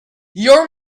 your